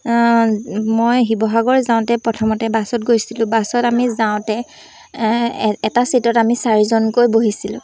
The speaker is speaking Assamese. মই শিৱসাগৰ যাওঁতে প্ৰথমতে বাছত গৈছিলোঁ বাছত আমি যাওঁতে এটা চিটত আমি চাৰিজনকৈ বহিছিলোঁ